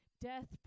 Death